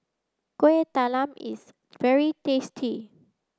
Kuih Talam is very tasty